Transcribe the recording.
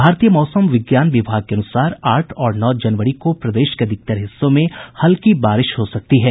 भारतीय मौसम विज्ञान विभाग के अनुसार आठ और नौ जनवरी को प्रदेश के अधिकतर हिस्सों में हल्की बारिश हो सकती है